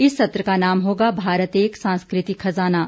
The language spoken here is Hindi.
इस सत्र का नाम होगा भारत एक सांस्कृतिक खजाना